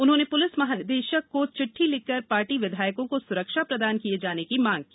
उन्होंने पुलिस महानिदेशक को चिट्ठी लिखकर पार्टी विधायकों को सुरक्षा प्रदान किये जाने की मांग की